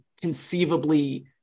conceivably